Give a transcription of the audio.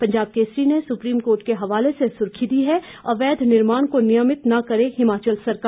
पंजाब केसरी ने supreme court के हवाले से सुर्खी दी है अवैध निर्माण को नियमित न करे हिमाचल सरकार